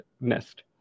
nest